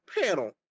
panel